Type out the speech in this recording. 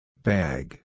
Bag